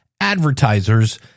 advertisers